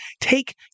take